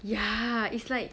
ya it's like